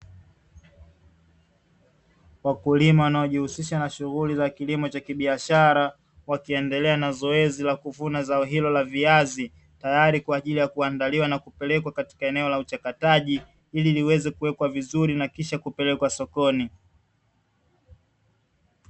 Wakulima wanaojihusisha na shughuli za kilimo cha kibiashara, wakiendelea na zoezi la kuvuna zao hilo la viazi, tayari kwa ajili ya kuandaliwa na kupelekwa katika eneo la uchakataji hili liweze kuwekwa vizuri na kisha kupelekwa sokoni.